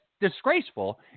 disgraceful